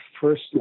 first